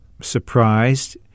surprised